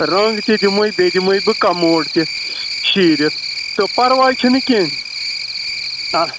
رنٛگ تہِ دِمٕے بیٚیہِ دِمٕے بہٕ کَموڈ تہِ شیٖرِتھ تہٕ پَرواے چھُنہٕ کیٚنٛہہ آہ